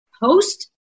host